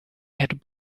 had